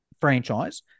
franchise